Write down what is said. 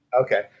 Okay